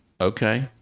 okay